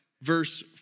verse